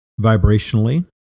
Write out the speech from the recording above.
vibrationally